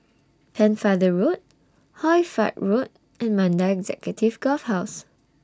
Pennefather Road Hoy Fatt Road and Mandai Executive Golf Course